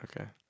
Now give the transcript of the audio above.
Okay